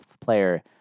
player